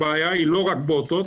הבעיה היא לא רק באותות,